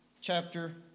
chapter